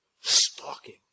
stalking